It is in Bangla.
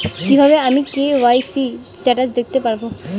কিভাবে আমি কে.ওয়াই.সি স্টেটাস দেখতে পারবো?